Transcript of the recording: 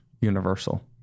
universal